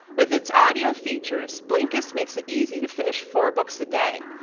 with its audio features, blinkist makes it easy to finish four books a day.